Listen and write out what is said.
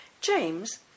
James